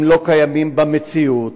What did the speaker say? הם לא קיימים במציאות,